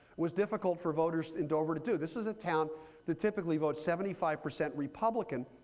was difficult for voters in dover to do. this is a town that typically votes seventy five percent republican.